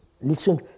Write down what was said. listen